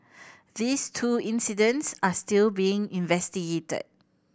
these two incidents are still being investigated